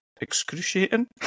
excruciating